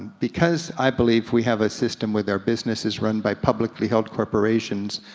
because i believe we have a system with our businesses run by publicly held corporations,